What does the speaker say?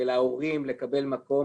ולהורים לקבל מקום